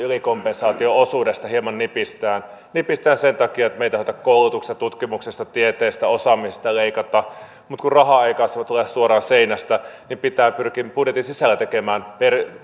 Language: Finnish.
ylikompensaatio osuudesta hieman nipistetään sen takia että me emme tahdo koulutuksesta tutkimuksesta tieteestä osaamisesta leikata mutta kun raha ei tule suoraan seinästä pitää pyrkiä budjetin sisällä tekemään